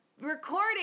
recording